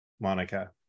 Monica